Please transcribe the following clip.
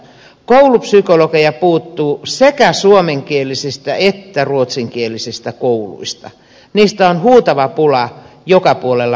koulupsykologeja puuttuu sekä suomenkielisistä että ruotsinkielisistä kouluista niistä on huutava pula joka puolella maata